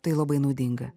tai labai naudinga